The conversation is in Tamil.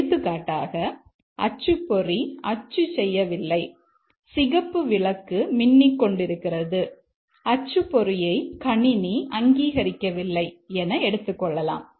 எடுத்துக்காட்டாக அச்சுப்பொறி அச்சு செய்யவில்லை சிகப்பு விளக்கு மின்னிக் கொண்டிருக்கிறது அச்சுப்பொறியை கணினி அங்கீகரிக்கவில்லை என எடுத்துக்கொள்ளலாம்